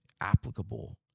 applicable